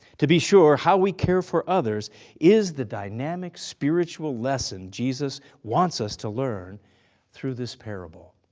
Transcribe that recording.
to be sure how we care for others is the dynamic spiritual lesson jesus wants us to learn through this parable.